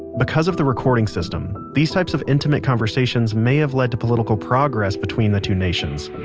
because of the recording system, these types of intimate conversations may have led to political progress between the two nations